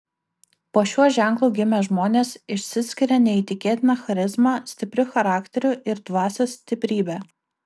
po šiuo ženklu gimę žmonės išsiskiria neįtikėtina charizma stipriu charakteriu ir dvasios stiprybe